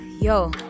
yo